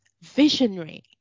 visionary